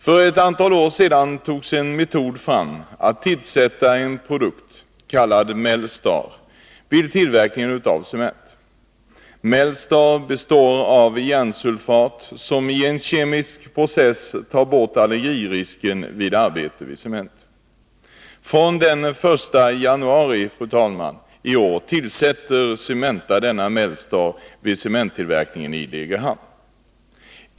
För ett antal år sedan framtogs en metod att tillsätta en produkt som kallas Melstar vid tillverkningen av cement. Melstar består av järnsulfat som i en kemisk process tar bort allergirisken vid arbete med cement. Från den 1 januari i år tillsätter Cementa Melstar vid cementtillverkningen i Degerhamn.